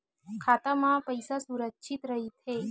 खाता मा पईसा सुरक्षित राइथे?